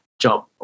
job